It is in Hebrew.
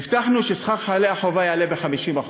הבטחנו ששכר חיילי החובה יעלה ב-50%.